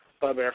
Bob